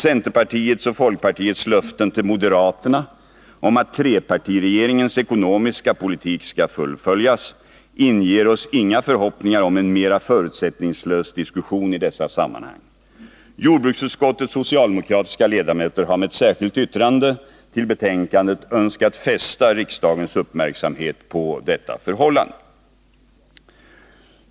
Centerpartiets och folkpartiets löften till moderaterna om att trepartiregeringens ekonomiska politik skall fullföljas inger oss inga förhoppningar om en mera förutsättningslös diskussion i dessa sammanhang. Jordbruksutskot tets socialdemokratiska ledamöter har med ett särskilt yttrande till betänkandet önskat fästa riksdagens uppmärksamhet på detta förhållande.